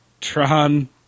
Tron